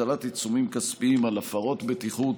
הטלת עיצומים כספים על הפרות בטיחות,